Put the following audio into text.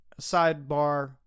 sidebar